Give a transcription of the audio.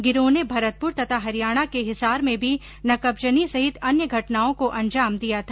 गिरोह ने भरतपुर तथा हरियाणा के हिसार में भी नकबजनी सहित अन्य घटनाओं को अंजाम दिया था